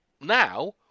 now